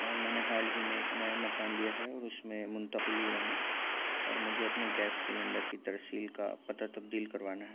میں نے حال ہی میں ایک نیا مکان لیا ہے اور اس میں منتقل ہوا ہوں اور مجھے اپنے گیس سلینڈر کی ترسیل کا پتہ تبدیل کروانا ہے